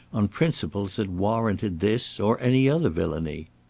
on principles that warranted this or any other villainy?